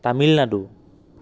Tamil Nadu